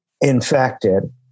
infected